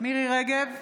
מירי מרים רגב,